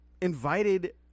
invited